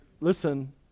listen